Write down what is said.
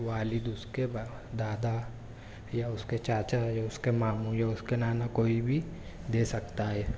والد اس کے دادا یا اس کے چاچا یا اس کے ماموں یا اس کے نانا کوئی بھی دے سکتا ہے